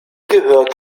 gehört